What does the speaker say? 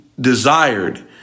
desired